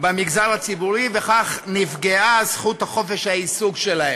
במגזר הציבורי, וכך נפגעה זכות חופש העיסוק שלהם.